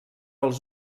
els